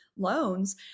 loans